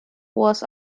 was